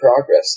Progress